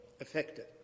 affected